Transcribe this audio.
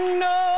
no